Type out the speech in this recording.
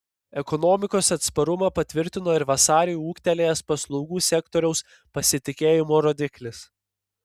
ekonomikos atsparumą patvirtino ir vasarį ūgtelėjęs paslaugų sektoriaus pasitikėjimo rodiklis